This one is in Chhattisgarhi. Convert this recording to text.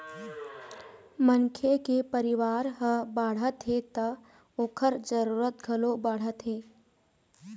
मनखे के परिवार ह बाढ़त हे त ओखर जरूरत घलोक बाढ़त हे